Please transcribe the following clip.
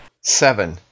Seven